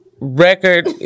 record